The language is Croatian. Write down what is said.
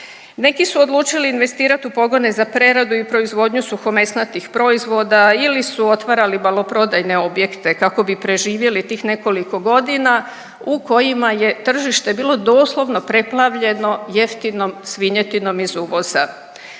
Neki su odlučili investirat u pogone za preradu i proizvodnju suhomesnatih proizvoda ili su otvarali maloprodajne objekte kako bi preživjeli tih nekoliko godina u kojima je tržište bilo doslovno preplavljeno jeftinom svinjetinom iz uvoza.